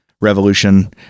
revolution